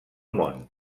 món